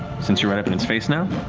since you're right up in its face now,